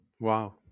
Wow